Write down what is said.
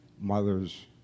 mother's